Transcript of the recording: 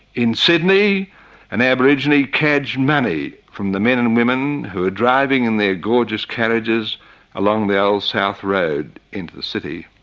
in sydney an aborigine caged money from the men and women who were driving in their gorgeous carriages along the old south road into the city.